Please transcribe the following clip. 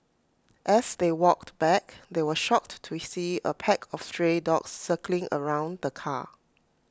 as they walked back they were shocked to see A pack of stray dogs circling around the car